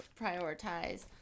prioritize